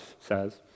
says